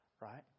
right